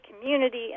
community